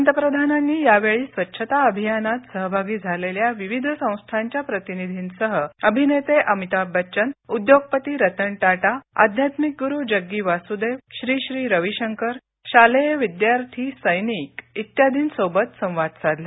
पंतप्रधानांनी यावेळी स्वच्छता अभियानात सहभागी झालेल्या विविध संस्थांच्या प्रतिनिधींसह अभिनेते अमिताभ बच्चन उद्योगपती रतन टाटा आध्यात्मिक गुरू जग्गी वासुदेव श्री श्री रवीशंकर शालेय विद्यार्थी सैनिक इत्यादिंसोबत संवाद साधला